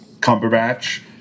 Cumberbatch